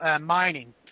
mining